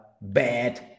bad